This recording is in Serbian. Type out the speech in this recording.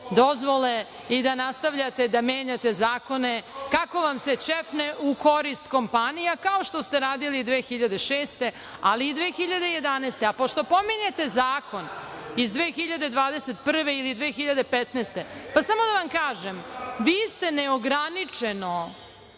dozvole i da nastavljate da menjate zakone kako vam se ćefne u korist kompanija, kao što ste radili 2006. godine, ali i 2011. godine..Pošto pominjete zakon iz 2021. godine ili 2015. godine, pa samo da vam kažem vi ste neograničeno